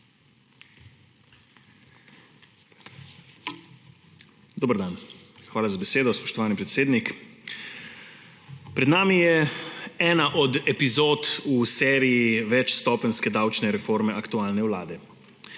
Dober dan! Hvala za besedo, spoštovani predsednik! Pred nami je ena od epizod v seriji večstopenjske davčne reforme aktualne vlade.